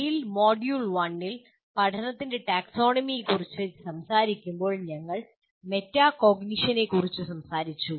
TALE module 1 ൽ പഠനത്തിന്റെ ടാക്സോണമിയെക്കുറിച്ച് സംസാരിക്കുമ്പോൾ ഞങ്ങൾ മെറ്റാകോഗ്നിഷനെക്കുറിച്ച് സംസാരിച്ചു